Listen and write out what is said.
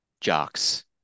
jocks